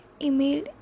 email